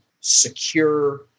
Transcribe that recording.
secure